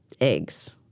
eggs